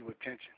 attention